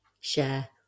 share